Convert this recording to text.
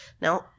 Now